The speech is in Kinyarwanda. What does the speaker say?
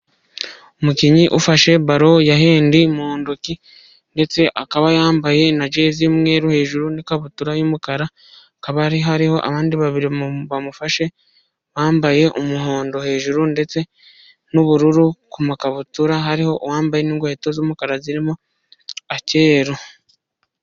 Umukinnyi ufashe baro ya hendi mu ntoki, ndetse akaba yambaye na jezi y'umweru hejuru, n'ikabutura y'umukara, akaba hariho abandi babiri bamufashe bambaye umuhondo hejuru, ndetse n'ubururu ku makabutura, hariho uwambaye n'inkweto z'umukara zirimo akeru.